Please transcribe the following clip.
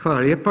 Hvala lijepa.